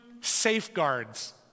safeguards